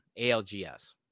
ALGS